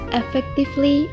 effectively